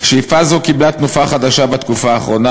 "שאיפה זו קיבלה תנופה חדשה בתקופה האחרונה.